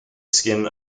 skin